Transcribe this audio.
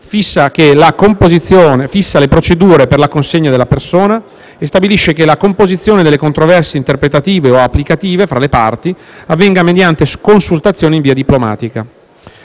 fissa le procedure per la consegna della persona e stabilisce che la composizione delle controversie interpretative o applicative fra le parti avvenga mediante consultazione in via diplomatica.